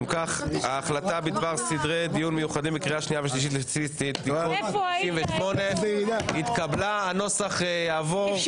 הצבעה בעד ההצעה בהתאם לשינויים 7 נגד, 3 אושרה.